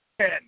Ten